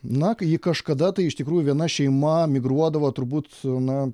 na ji kažkada tai iš tikrųjų viena šeima migruodavo turbūt na